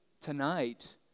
tonight